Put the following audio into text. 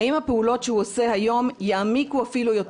האם הפעולות שהוא עושה היום יעמיקו אפילו יותר